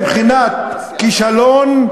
מבחינת כישלון,